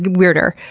weirder.